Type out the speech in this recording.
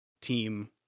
team